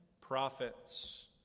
prophets